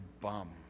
bum